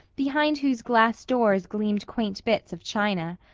behind whose glass doors gleamed quaint bits of china.